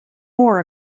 more